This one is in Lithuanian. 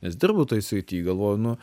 nes dirbu toj srity galvoju nu